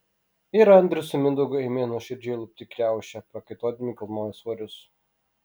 ir andrius su mindaugu ėmė nuoširdžiai lupti kriaušę prakaituodami kilnojo svorius